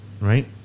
Right